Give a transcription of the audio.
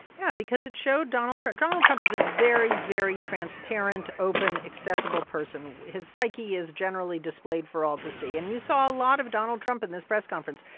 yeah, because it showed donald trump donald trump is a very, very transparent, open, accessible person. his psyche is generally displayed for all to see and you saw a lot of donald trump in this press conference.